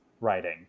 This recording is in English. writing